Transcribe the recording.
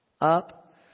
up